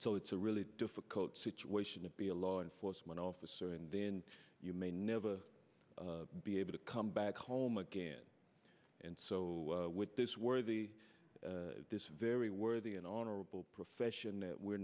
so it's a really difficult situation to be a law enforcement officer and then you may never be able to come back home again and so with this worthy this very worthy an honorable profession that we're